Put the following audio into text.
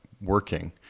working